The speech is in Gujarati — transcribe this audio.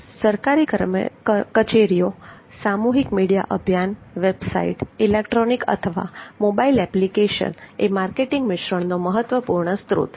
સરકારી કચેરીઓ સામૂહિક મીડિયા અભિયાન વેબસાઈટ ઇલેક્ટ્રોનિક અથવા મોબાઇલ એપ્લિકેશન એ માર્કેટિંગ મિશ્રણનો મહત્વપૂર્ણ સ્ત્રોત છે